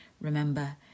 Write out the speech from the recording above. Remember